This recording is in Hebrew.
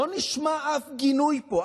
לא נשמע אף גינוי פה.